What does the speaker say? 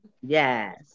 Yes